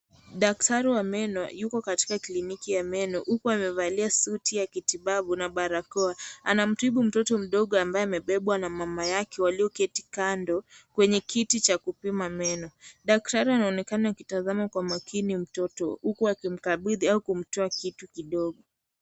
Daktari wa meno yuko katika kliniki ya meno, huku amevalia suti ya kitibabu na barakoa. Anamtibu mtoto mdogo ambaye amebebwa na mamayake walioketi kando, kwenye kiti cha kupima meno. Daktari anaonekana akitazama kwa makini mtoto huku akimkabidhi au kumtoa kitu kidogo.